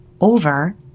over